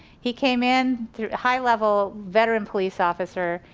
he came in through high level veteran police officer,